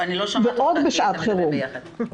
ועוד בשעת חירום.